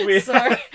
Sorry